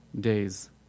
days